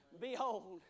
Behold